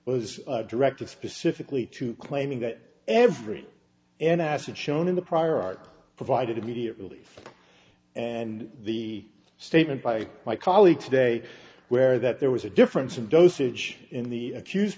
was directed specifically to claiming that every an acid shown in the prior art provided immediately and the statement by my colleague today where that there was a difference of dosage in the accused